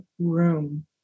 room